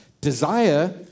desire